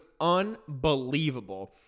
unbelievable